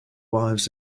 wives